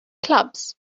clubs